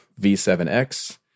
V7X